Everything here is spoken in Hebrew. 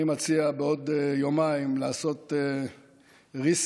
אני מציע בעוד יומיים לעשות reset,